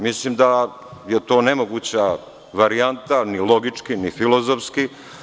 Mislim da je to nemoguća varijanta, ni logički, ni filozofski.